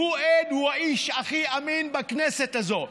הוא עד, הוא האיש הכי אמין בכנסת הזאת.